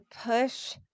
push